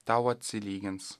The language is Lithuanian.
tau atsilygins